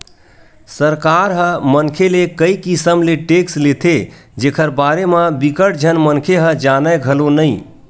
सरकार ह मनखे ले कई किसम ले टेक्स लेथे जेखर बारे म बिकट झन मनखे ह जानय घलो नइ